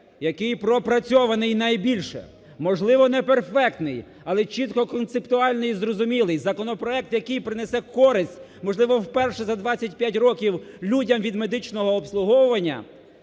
який пропрацьований найбільше, можливо, неперфектний, але чітко концептуальний і зрозумілий, законопроект, який принесе користь, можливо, вперше за 25 років людям від медичного обслуговування